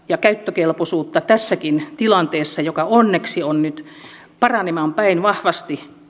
ja käyttökelpoisuutta tässäkin tilanteessa joka onneksi on nyt paranemaan päin vahvasti